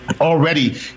Already